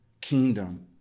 kingdom